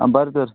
आं बरें तर